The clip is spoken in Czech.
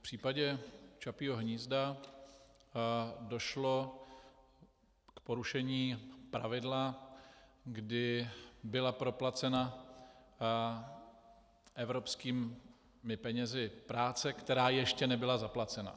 V případě Čapího hnízda došlo k porušení pravidla, kdy byla proplacena evropskými penězi práce, která ještě nebyla zaplacena.